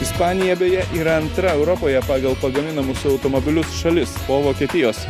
ispanija beje yra antra europoje pagal pagaminamus automobilius šalis po vokietijos